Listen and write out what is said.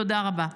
תודה רבה.